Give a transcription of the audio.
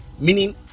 meaning